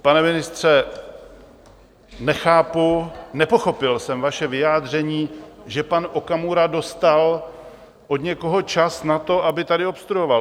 Pane ministře, nechápu, nepochopil jsem vaše vyjádření, že pan Okamura dostal od někoho čas na to, aby tady obstruoval.